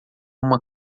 uma